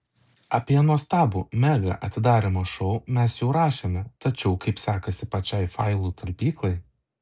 apie nuostabų mega atidarymo šou mes jau rašėme tačiau kaip sekasi pačiai failų talpyklai